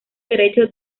derecho